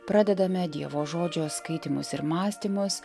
pradedame dievo žodžio skaitymus ir mąstymus